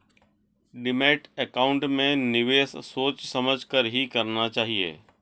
demat account में निवेश सोच समझ कर ही करना चाहिए